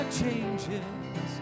changes